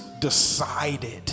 decided